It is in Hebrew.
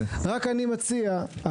בסך הכל ההבנה שלנו שהיציאה לטבע,